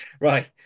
right